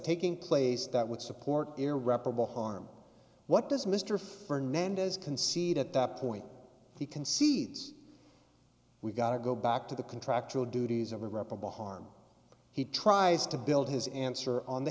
taking place that would support irreparable harm what does mr fernandez concede at that point he concedes we've got to go back to the contractual duties of irreparable harm he tries to build his answer on the